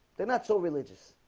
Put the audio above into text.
they're not so religious.